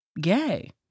gay